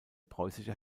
preußische